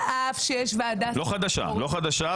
לא חדשה.